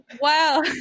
wow